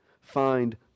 find